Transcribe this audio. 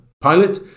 pilot